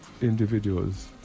individuals